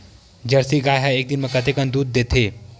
Jersey गाय ह एक दिन म कतेकन दूध देथे?